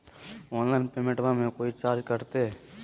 Online पेमेंटबां मे कोइ चार्ज कटते?